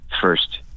first